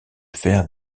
faire